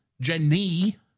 Jenny